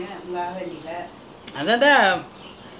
அதுதான அதான் என்னோட வேல:athuthaana athaan ennode vela